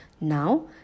Now